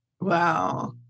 Wow